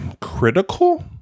critical